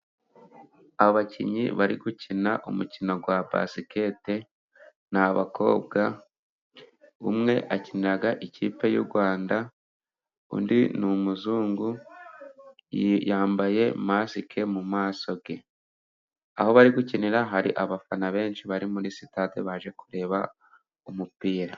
Abakinnyi bari gukina umukino wa basiketi. Ni abakobwa umwe akinira ikipe y'u Rwanda undi ni umuzungu yambaye masike mu maso ye. Aho bari gukinira hari abafana benshi bari muri sitade baje kureba umupira.